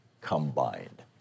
combined